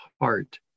heart